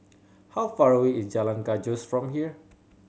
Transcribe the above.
how far away is Jalan Gajus from here